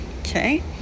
okay